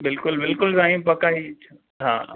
बिल्कुलु बिल्कुलु साईं पक हा